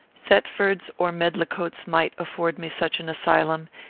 thetford's or medlicote's might afford me such an asylum,